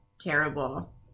terrible